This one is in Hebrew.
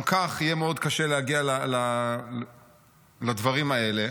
גם כך יהיה מאוד קשה להגיע לדברים האלה.